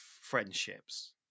friendships